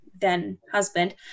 then-husband